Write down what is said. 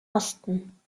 osten